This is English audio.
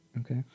Okay